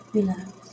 Relax